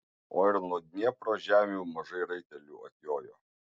o ir nuo dniepro žemių mažai raitelių atjojo